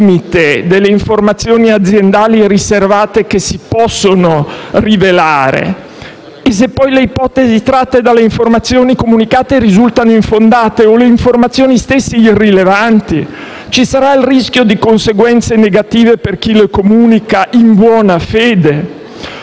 E se poi le ipotesi tratte dalle informazioni comunicate risultano infondate, o le informazioni stesse irrilevanti? Ci sarà il rischio di conseguenze negative per chi comunica le